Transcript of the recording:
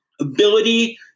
ability